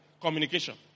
communication